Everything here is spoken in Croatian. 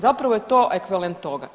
Zapravo je to ekvivalent toga.